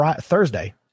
thursday